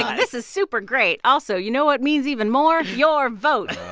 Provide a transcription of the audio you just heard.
this is super great. also, you know what means even more? your vote.